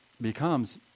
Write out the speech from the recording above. becomes